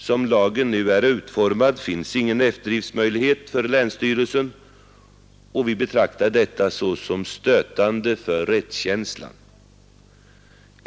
Som lagen nu är utformad finns ingen eftergiftsmöjlighet för länsstyrelsen. Vi betraktar detta som stötande för rättskänslan.